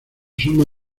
suma